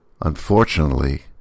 Unfortunately